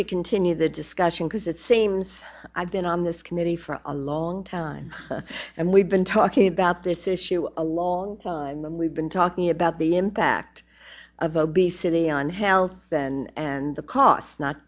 to continue the discussion because it seems i've been on this committee for a long time and we've been talking about this issue a long time and we've been talking about the impact of obesity on health and the costs not